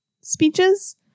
speeches